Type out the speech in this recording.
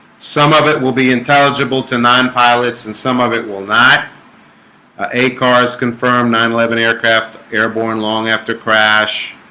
some of it will be intelligible to non pilots and some of it will not a cars confirm nine eleven aircraft airborne long after crash